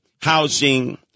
housing